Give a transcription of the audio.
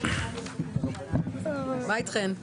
מה אתכן?